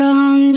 on